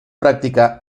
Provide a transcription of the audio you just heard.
práctica